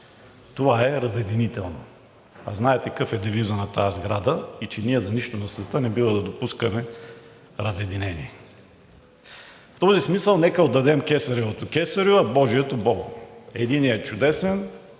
това е разединително. А знаете какъв е девизът на тази сграда и ние за нищо на света не бива да допускаме разединение. В този смисъл нека отдадем „Кесаревото – кесарю, а божието – Богу“. Единият е чудесен